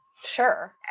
Sure